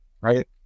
right